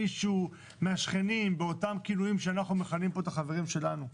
מישהו מהשכנים באותם כינויים שאנחנו מכנים פה את החברים שלנו.